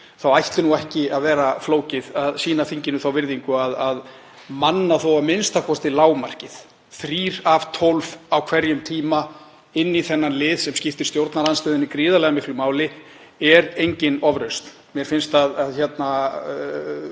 þá ætti ekki að vera flókið að sýna þinginu þá virðingu að manna þó a.m.k. lágmarkið, setja þrjá af tólf á hverjum tíma inn í þennan lið, sem skiptir stjórnarandstöðuna gríðarlega miklu máli og er engin ofrausn. Mér finnst að allir,